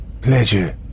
pleasure